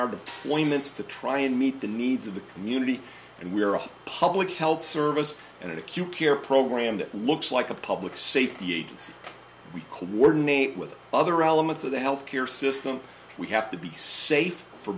are deployments to try and meet the needs of the community and we are a public health service and an acute care program that looks like a public safety agency we coordinate with other elements of the health care system we have to be safe for